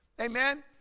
Amen